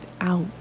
out